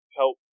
help